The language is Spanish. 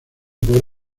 por